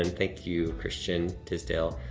and thank you, christian tisdale.